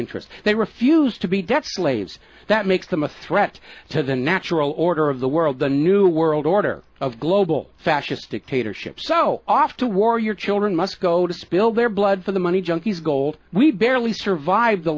interest they refuse to be debts laves that makes them a threat to the natural order of the world the new world order of global fascist dictatorship so off to war your children must go to spill their blood for the money junkies gold we barely survived the